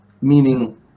meaning